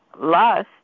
lust